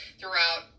throughout